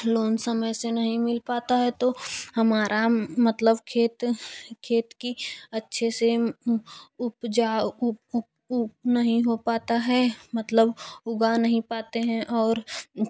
loan समय से नहीं मिल पता है तो हमारा मतलब खेत खेत की अच्छे से उपजा उ उ उप नहीं हो पता है मतलब उगा नहीं पाते है और